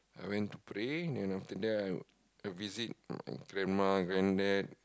I went to pray and then after that I'll visit grandma grandad